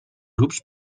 grups